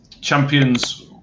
Champions